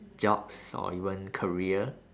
jobs or even career